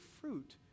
fruit